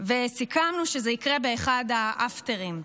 וסיכמנו שזה יקרה באחד האפטרים,